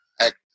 act